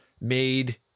made